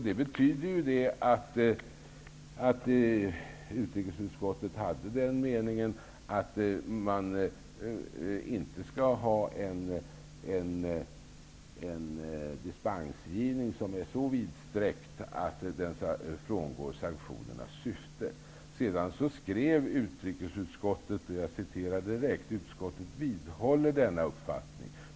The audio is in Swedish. Det var alltså utskottets mening att man inte skall ha en dispensgivning som är så vidsträckt att den frångår sanktionernas syfte. Sedan skrev utrikesutskottet: ''Utskottet vidhåller denna uppfattning.